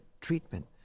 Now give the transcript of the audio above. treatment